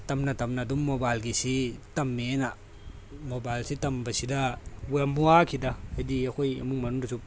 ꯇꯝꯅ ꯇꯝꯅ ꯑꯗꯨꯝ ꯃꯣꯕꯥꯏꯜꯒꯤꯁꯤ ꯇꯝꯃꯦ ꯑꯩꯅ ꯃꯣꯕꯥꯏꯜꯁꯦ ꯇꯝꯕꯁꯤꯗ ꯌꯥꯝ ꯋꯥꯈꯤꯗ ꯍꯥꯏꯗꯤ ꯑꯩꯈꯣꯏ ꯏꯃꯨꯡ ꯃꯅꯨꯡꯗꯁꯨ